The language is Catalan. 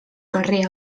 carrer